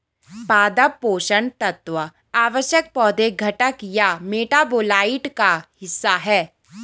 पादप पोषण तत्व आवश्यक पौधे घटक या मेटाबोलाइट का हिस्सा है